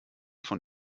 von